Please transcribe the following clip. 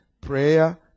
prayer